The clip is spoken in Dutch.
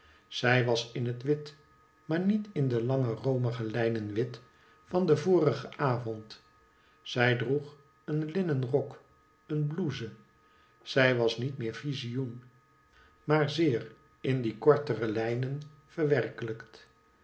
zij was in het wit maar niet in de lange roomige lijnen wit van den vorigen avond zij droeg een linnen rok een blouse zij was niet meer vizioen maar zeer in die kortere lijnen verwerkelijkt